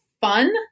fun